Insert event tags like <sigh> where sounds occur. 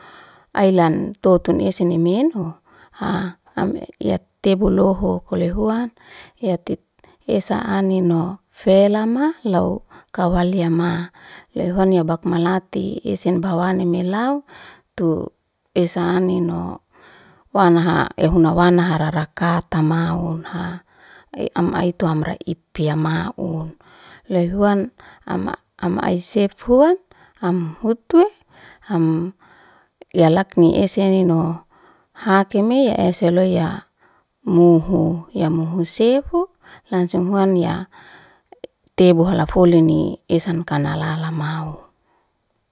Ai lan toto eseni menhu <hesitation> am yak tebo lohuk, loy huan ya tit esa anino fe'lama lau kau wal yama, leu huan ya bak malati esen bawani melau tu esa anino wanha ehuna wan hahara kata maun <hesitation> ei am aitu amra ipya maun. Loy huan ama am ai sef huan am hutwe, am yalakni esenino hakeme ya ese loy ya muhu, ya muu sefu langsung huanni ya tebu halafoleyni esan kana lala mau.